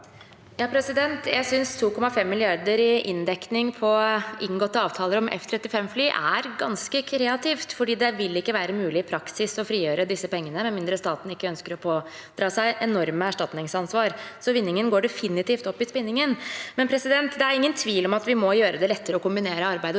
(H) Jeg synes 2,5 mrd. kr i inndekning på inngåtte avtaler om F35-fly er ganske kreativt, for det vil ikke være mulig i praksis å frigjøre disse pengene, med mindre staten ønsker å pådra seg enorme erstatningsansvar. Vinningen går definitivt opp i spinningen. Det er ingen tvil om at vi må gjøre det lettere å kombinere arbeid og